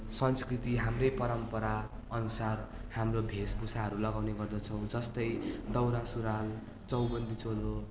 संस्कृति हाम्रै परम्पराअनुसार हाम्रो वेशभूषाहरू लगाउने गर्दछौँ जस्तै दौरा सुरुवाल चौबन्दी चोलो